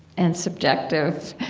and subjective,